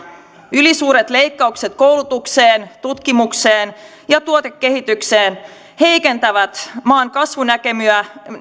ylisuuret leikkaukset koulutukseen tutkimukseen ja tuotekehitykseen heikentävät maan kasvunäkymiä